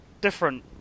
different